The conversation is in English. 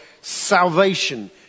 salvation